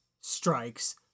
strikes